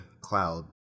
cloud